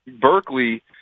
Berkeley